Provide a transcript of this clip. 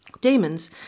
Demons